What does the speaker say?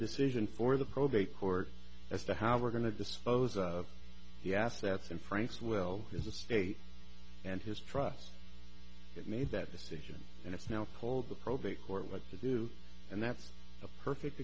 decision for the probate court as to how we're going to dispose of the assets in france will is the state and his trust that made that decision and it's now called the probate court what to do and that's a perfect